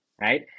right